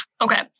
Okay